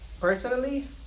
personally